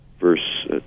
verse